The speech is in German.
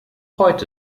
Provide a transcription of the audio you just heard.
heute